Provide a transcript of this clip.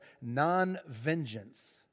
non-vengeance